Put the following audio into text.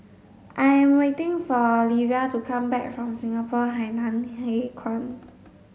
I am waiting for Livia to come back from Singapore Hainan Hwee Kuan